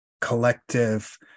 collective